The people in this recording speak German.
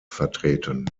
vertreten